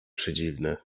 przedziwny